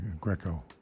Greco